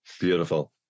beautiful